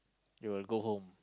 you will go home